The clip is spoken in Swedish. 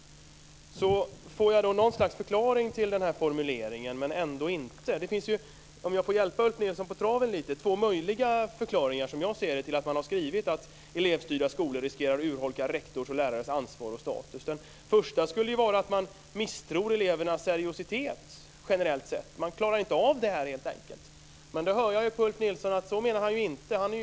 Jag får något slags förklaring till denna formulering, men ändå inte. Om jag får hjälpa Ulf Nilsson på traven lite grann finns det två möjliga förklaringar som jag ser det till att man har skrivit att elevstyrda skolor riskerar att urholka rektors och lärares ansvar och status. Den första skulle vara att man misstror elevernas seriositet generellt sett. De klarar inte av detta helt enkelt. Men jag hör på Ulf Nilsson att han inte menar det.